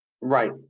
Right